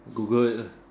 Google it lah